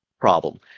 problem